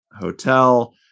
hotel